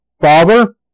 Father